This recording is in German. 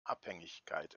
abhängigkeit